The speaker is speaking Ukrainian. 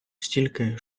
стільки